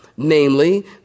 Namely